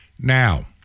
Now